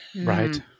Right